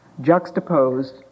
juxtaposed